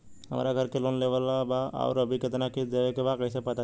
हमरा घर के लोन लेवल बा आउर अभी केतना किश्त देवे के बा कैसे पता चली?